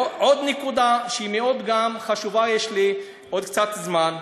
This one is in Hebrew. עוד נקודה מאוד חשובה, יש לי עוד קצת זמן,